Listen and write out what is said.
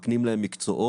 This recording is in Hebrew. מקנים להם מקצועות.